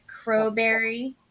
Crowberry